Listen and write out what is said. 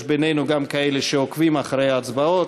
יש בינינו גם כאלה שעוקבים אחרי ההצבעות.